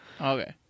Okay